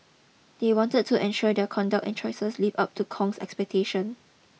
they wanted to ensure their conduct and choices lived up to Kong's expectations